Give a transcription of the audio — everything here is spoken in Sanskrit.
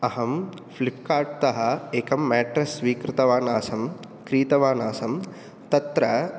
अहं फ़्लिप्कार्ट् तः एकं मेट्रेस् स्वीकृतवान् आसम् क्रीतवान् आसम् तत्र